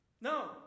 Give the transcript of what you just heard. No